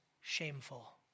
shameful